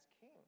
king